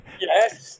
Yes